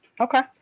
Okay